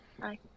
hi